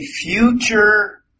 future